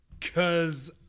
cause